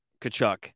Kachuk